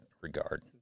regard